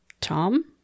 Tom